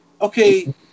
okay